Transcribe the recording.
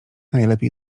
najlepiej